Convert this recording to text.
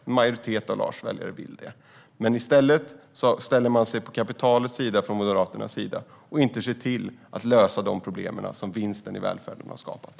Men i stället ställer sig Moderaterna på kapitalets sida och löser inte de problem som vinsterna i välfärden har skapat.